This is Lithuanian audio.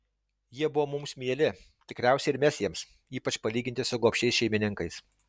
jie buvo mums mieli tikriausiai ir mes jiems ypač palyginti su gobšiais šeimininkais